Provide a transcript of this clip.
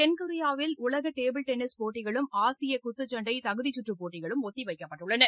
தென்கொியாவில் உலக table tennis போட்டிகளும் ஆசிய குத்துச்சண்டை தகுதிச் சுற்று போட்டிகளும் ஒத்தி வைக்கப்பட்டுள்ளன